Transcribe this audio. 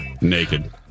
Naked